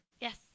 Yes